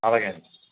అలాగే అండి